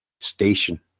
Station